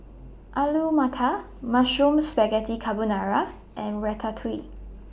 Alu Matar Mushroom Spaghetti Carbonara and Ratatouille